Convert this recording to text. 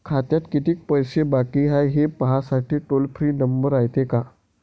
खात्यात कितीक पैसे बाकी हाय, हे पाहासाठी टोल फ्री नंबर रायते का?